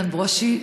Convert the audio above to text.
איתן ברושי.